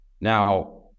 Now